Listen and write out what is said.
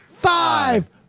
Five